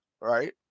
right